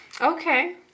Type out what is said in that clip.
Okay